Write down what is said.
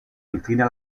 inclina